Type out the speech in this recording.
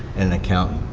an accountant.